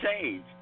change